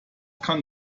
kann